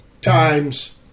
Times